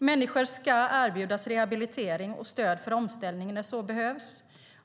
Människor ska erbjudas rehabilitering och stöd för omställning när så behövs.